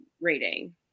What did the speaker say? rating